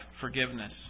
forgiveness